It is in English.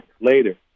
later